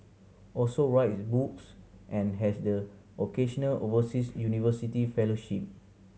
also writes books and has the occasional overseas university fellowship